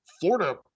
Florida